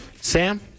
Sam